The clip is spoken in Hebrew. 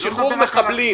על שחרור מחבלים.